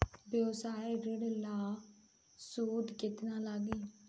व्यवसाय ऋण ला सूद केतना लागी?